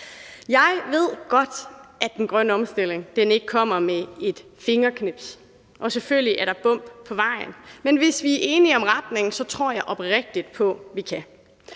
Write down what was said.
Jeg ved godt, at den grønne omstilling ikke kommer med et fingerknips, og selvfølgelig er der bump på vejen, men hvis vi er enige om retningen, tror jeg oprigtigt på, at vi kan.